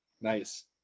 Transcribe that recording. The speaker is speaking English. Nice